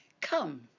Come